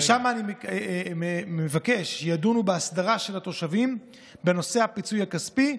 שם אני מבקש שידונו בהסדרה לתושבים של נושא הפיצוי הכספי,